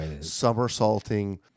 somersaulting